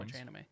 anime